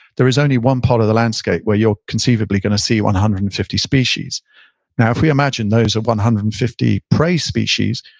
there is only one part of the landscape where you're conceivably going to see one hundred and fifty species now if we imagine imagine those are one hundred and fifty prey species,